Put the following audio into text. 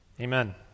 Amen